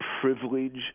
privilege